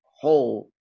whole